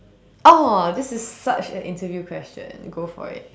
!aww! this is such an interview question go for it